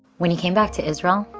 when you came back to israel,